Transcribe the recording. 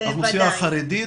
לאוכלוסייה החרדית.